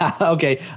Okay